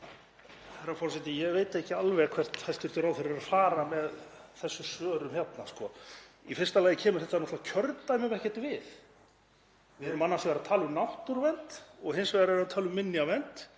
Herra forseti. Ég veit ekki alveg hvert hæstv. ráðherra er að fara með þessum svörum hérna. Í fyrsta lagi kemur þetta náttúrlega kjördæmum ekkert við. Við erum annars vegar að tala um náttúruvernd og hins vegar erum við að tala um minjavernd,